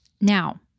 Now